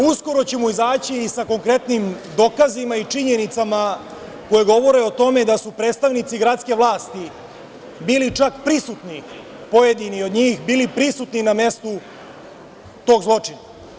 Uskoro ćemo izaći i sa konkretnim dokazima i činjenicama koje govore o tome da su predstavnici gradske vlasti bili čak prisutni, pojedini od njih, bili prisutni na mestu tog zločina.